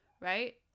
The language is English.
right